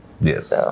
Yes